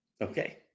Okay